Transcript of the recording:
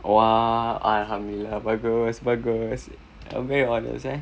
!wah! bagus bagus abeh honest eh